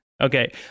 Okay